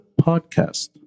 podcast